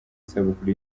isabukuru